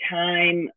time